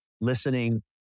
listening